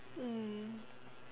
mm